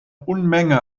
unmenge